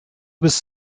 was